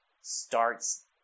starts